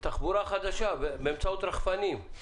אנחנו משיקים את התחבורה החדשה באמצעות רחפנים.